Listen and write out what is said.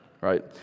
right